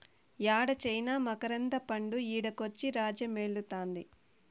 యేడ చైనా మకరంద పండు ఈడకొచ్చి రాజ్యమేలుతాంది